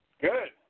Good